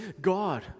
God